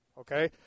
Okay